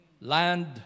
land